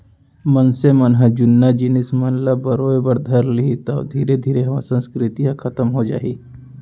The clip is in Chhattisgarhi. मनसे मन ह जुन्ना जिनिस मन ल बरोय बर धर लिही तौ धीरे धीरे हमर संस्कृति ह खतम हो जाही